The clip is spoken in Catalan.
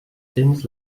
temps